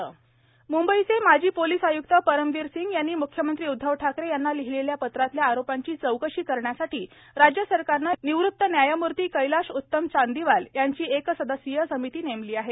अनिल देशमुख एअर मुंबईचे माजी पोलीस आयुक्त परमवीर सिंग यांनी मुख्यमंत्री उद्धव ठाकरे यांना लिहिलेल्या पत्रातल्या आरोपांची चौकशी करण्यासाठी राज्यसरकारनं निवृत्त न्यायमूर्ती कैलाश उत्तम चांदीवाल यांची एक सदस्यीय समिती नेमली आहे